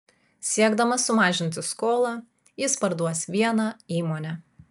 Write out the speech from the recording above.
siekdamas sumažinti skolą jis parduos vieną įmonę